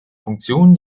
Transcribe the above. funktion